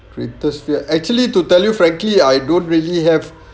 greatest fear actually to tell you frankly I don't really have